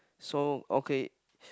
so okay